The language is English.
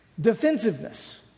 Defensiveness